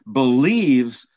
believes